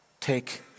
take